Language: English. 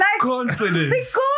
confidence